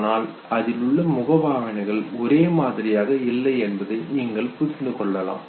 ஆனால் அதிலுள்ள முகபாவனைகள் ஒரே மாதிரியாக இல்லை என்பதை நீங்கள் புரிந்து கொள்ளலாம்